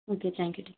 okay thank you teacher